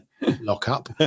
lock-up